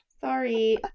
Sorry